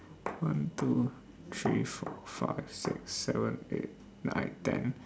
one two three four five six seven eight nine ten